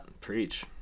Preach